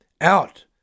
out